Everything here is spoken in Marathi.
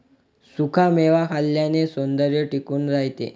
सुखा मेवा खाल्ल्याने सौंदर्य टिकून राहते